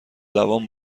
دوام